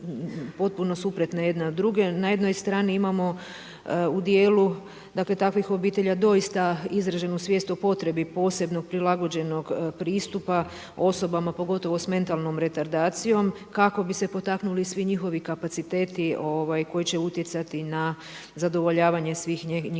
potpuno suprotne jedna drugoj. Na jednoj strani imamo u dijelu, dakle takvih obitelji doista izraženu svijest o potrebi posebnog prilagođenog pristupa osobama pogotovo sa mentalnom retardacijom kako bi se potaknuli svi njihovi kapaciteti koji će utjecati na zadovoljavanje svih njihovih